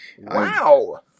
Wow